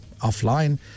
offline